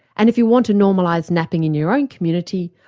and if you want to normalise napping in your own community,